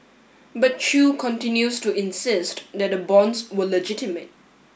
but Chew continues to insist that the bonds were legitimate